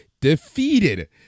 defeated